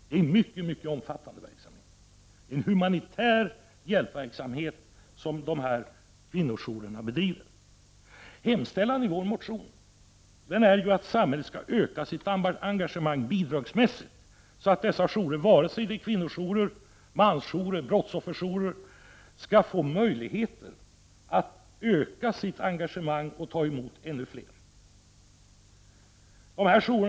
Det är alltså en synnerligen omfattande humanitär hjälpverksamhet som dessa kvinnojourer bedriver. Hemställan i vår motion går ut på att samhället skall öka sitt engagemang bidragsmässigt, så att dessa jourer — vare sig det gäller kvinnojourer, mansjourer eller brottsofferjourer — skall få möjlighet att öka sitt engagemang och ta emot ännu fler som behöver hjälp.